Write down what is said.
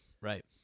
right